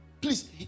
Please